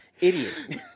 idiot